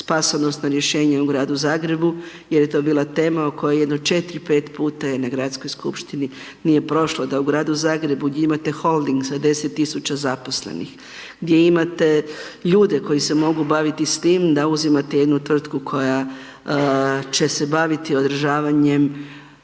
spasonosno rješenje u Gradu Zagrebu jer je to bila tema o kojoj je jedno četiri, pet puta je na Gradskoj skupštini nije prošlo da u Gradu Zagrebu imate Holding sa 10 000 zaposlenih, gdje imate ljude koji se mogu baviti s tim da uzimate jednu tvrtku koja će se baviti održavanjem